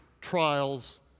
trials